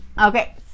okay